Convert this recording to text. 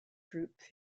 group